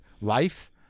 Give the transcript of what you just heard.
Life